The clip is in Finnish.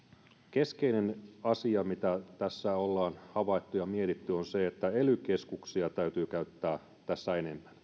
keskeinen asia mitä tässä ollaan havaittu ja mietitty on se että ely keskuksia täytyy käyttää tässä enemmän